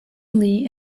lee